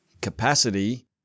capacity